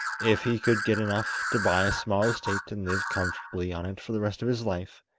if he could get enough to buy a small estate and live comfortably on it for the rest of his life,